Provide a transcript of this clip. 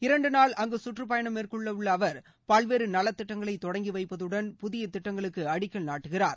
இரண்டு நாள் அங்கு சுற்றுப்பயணம் மேற்கொள்ள உள்ள அவர் பல்வேறு நலத்திட்டங்களை தொடங்கி வைப்பதுடன் புதிய திட்டங்களுக்கு அடிக்கல் நாட்டுகிறார்